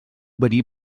venir